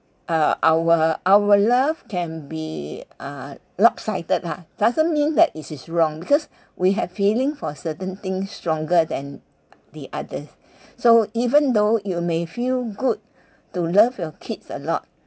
uh our our love can be uh lopsided ah doesn't mean that it is wrong because we have feeling for certain things stronger than the others so even though you may feel good to love your kids a lot